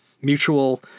mutual